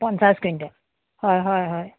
পঞ্চাছ কুইণ্টেল হয় হয়